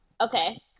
okay